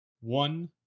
one